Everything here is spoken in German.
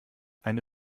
eine